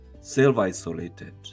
self-isolated